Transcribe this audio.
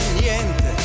niente